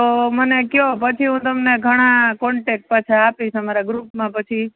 તો મને કહો પછી હું તમને ઘણા કોન્ટેક્ટ પાછા આપીશ અમારા ગ્રૂપમાં પછી